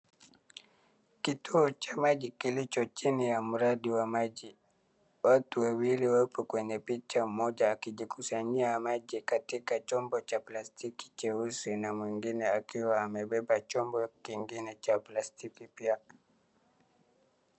Kituo cha maji kilicho chini ya mradi wa maji. Watu wawili wako kwenye picha mmoja akijikusanyia maji kwenye chombo cha plastiki cheusi na mwingine akiwa amebeba chombo cha plastiki pia.